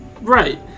Right